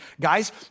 guys